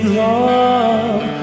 love